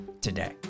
today